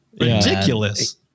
ridiculous